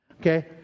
Okay